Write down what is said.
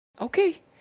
Okay